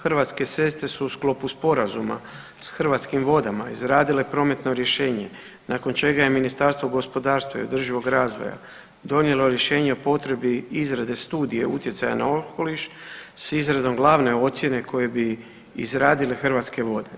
Hrvatske ceste su u sklopu sporazuma s Hrvatskim vodama izradile prometno rješenje nakon čega je Ministarstvo gospodarstva i održivog razvoj donijelo rješenje o potrebi izrade studije utjecaja na okoliš s izradom glavne ocjene koje bi izradile Hrvatske vode.